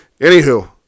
anywho